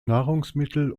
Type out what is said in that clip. nahrungsmittel